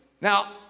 Now